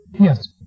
Yes